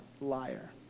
liar